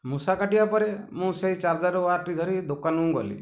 ମୂଷା କାଟିବା ପରେ ମୁଁ ସେଇ ଚାର୍ଜର୍ ୱାର୍ଡ଼୍ଟି ଧରି ଦୋକାନକୁ ଗଲି